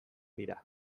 dira